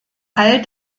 all